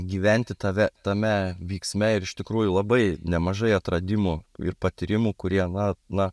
gyventi tave tame vyksme ir iš tikrųjų labai nemažai atradimų ir patyrimų kurie na na